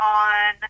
on